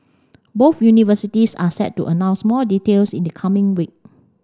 both universities are set to announce more details in the coming week